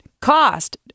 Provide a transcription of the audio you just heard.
cost